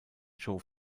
joe